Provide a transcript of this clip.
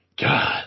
God